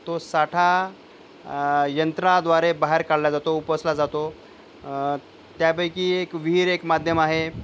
तो साठा यंत्रणाद्वारे बाहेर काढला जातो उपसला जातो त्यापैकी एक विहीर एक माध्यम आहे